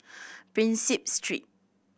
Prinsep Street